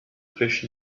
fish